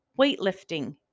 weightlifting